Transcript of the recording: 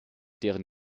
deren